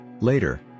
Later